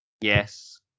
Yes